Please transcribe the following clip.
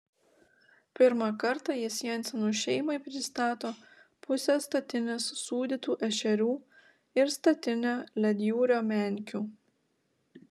pirmą kartą jis jensenų šeimai pristato pusę statinės sūdytų ešerių ir statinę ledjūrio menkių